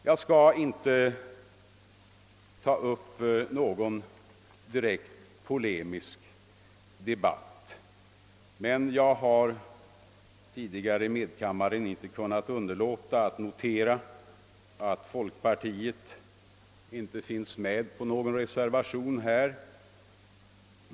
Jag skall inte ta upp någon direkt polemisk debatt, men jag har tidigare i medkammaren inte kunnat underlåta att notera att folkpartiet inte finns med på någon reservation här.